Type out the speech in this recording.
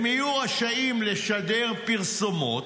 הם יהיו רשאים לשדר פרסומות,